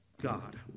God